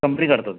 company కడుతుంది